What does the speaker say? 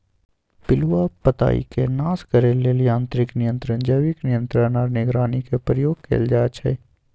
पिलुआ पताईके नाश करे लेल यांत्रिक नियंत्रण, जैविक नियंत्रण आऽ निगरानी के प्रयोग कएल जाइ छइ